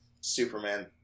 superman